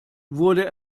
wurde